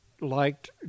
liked